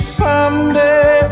someday